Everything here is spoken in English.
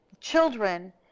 children